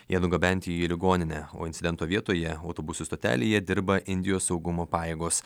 jie nugabenti į ligoninę o incidento vietoje autobusų stotelėje dirba indijos saugumo pajėgos